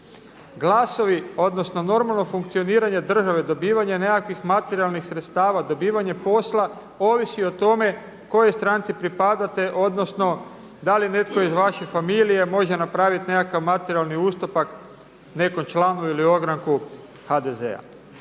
Glasovi, odnosno normalno funkcioniranje države, dobivanje nekakvih materijalnih sredstava, dobivanje posla ovisi o tome kojoj stranci pripadate odnosno da li netko iz vaše familije može napraviti nekakav materijalni ustupak nekom članu ili ogranku HDZ-a.